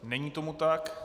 Není tomu tak.